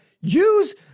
use